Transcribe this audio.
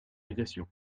régression